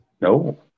No